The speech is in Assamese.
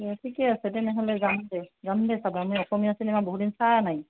দে ঠিকে আছে তেনেহ'লে যাম দে যাম দে চাব আমি অসমীয়া চিনেমা বহুদিন চোৱা নাই